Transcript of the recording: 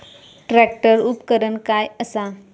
Tractor उपकरण काय असा?